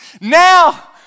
Now